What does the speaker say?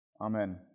Amen